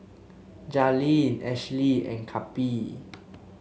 Jalynn Ashlie and Cappie